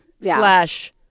slash